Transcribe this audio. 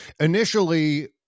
Initially